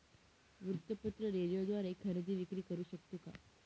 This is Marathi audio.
वृत्तपत्र, रेडिओद्वारे खरेदी विक्री करु शकतो का?